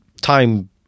time